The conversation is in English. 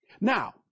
now